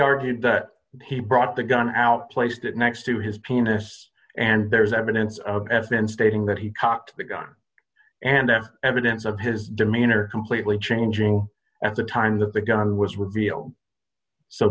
argued that he brought the gun out placed it next to his penis and there's evidence of s n stating that he cocked the gun and that evidence of his demeanor completely changing at the time that the gun was revealed so